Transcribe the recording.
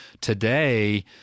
today